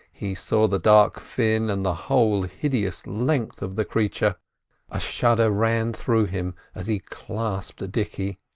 he saw the dark fin, and the whole hideous length of the creature a shudder ran through him as he clasped dicky.